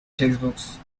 textbooks